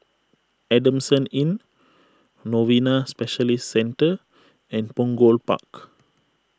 Adamson Inn Novena Specialist Centre and Punggol Park